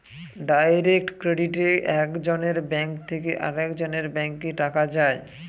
direct ক্রেডিটে এক জনের ব্যাঙ্ক থেকে আরেকজনের ব্যাঙ্কে টাকা যায়